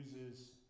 uses